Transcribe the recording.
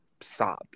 sob